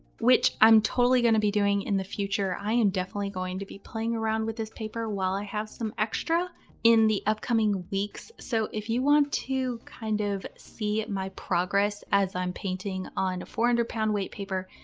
which i'm totally going to be doing in the future, i am definitely going to be playing around with this paper while i have some extra in the upcoming weeks. so if you want to kind of see my progress as i'm painting on a four hundred and lb weight paper,